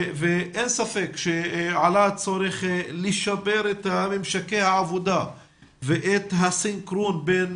אין ספק שעלה הצורך לשפר את ממשקי העבודה ואת הסנכרון בין